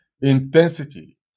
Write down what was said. intensity